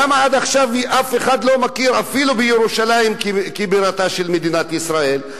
למה עד עכשיו אף אחד לא מכיר אפילו בירושלים כבירתה של מדינת ישראל?